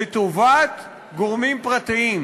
לטובת גורמים פרטיים.